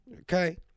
okay